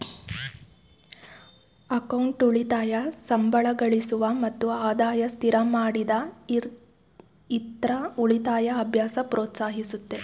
account ಉಳಿತಾಯ ಸಂಬಳಗಳಿಸುವ ಮತ್ತು ಆದಾಯ ಸ್ಥಿರಮಾಡಿದ ಇತ್ರ ಉಳಿತಾಯ ಅಭ್ಯಾಸ ಪ್ರೋತ್ಸಾಹಿಸುತ್ತೆ